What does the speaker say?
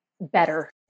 better